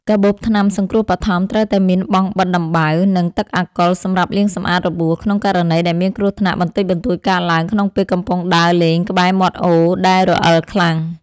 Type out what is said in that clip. កាបូបថ្នាំសង្គ្រោះបឋមត្រូវតែមានបង់បិទដំបៅ និង ទឹកអាល់កុលសម្រាប់លាងសម្អាតរបួសក្នុងករណីដែលមានគ្រោះថ្នាក់បន្តិចបន្តួចកើតឡើងក្នុងពេលកំពុងដើរលេងក្បែរមាត់អូរដែលរអិលខ្លាំង។